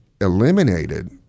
eliminated